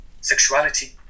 sexuality